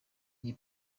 iyi